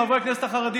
חברי הכנסת החרדים,